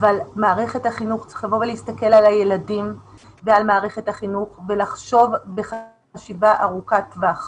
אבל צריך להסתכל על הילדים ועל מערכת החינוך ולחשוב בחשיבה ארוכת טווח,